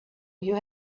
you